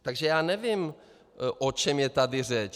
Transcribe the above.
Takže já nevím, o čem je tady řeč.